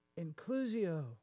inclusio